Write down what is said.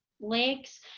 legs